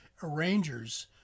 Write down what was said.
arrangers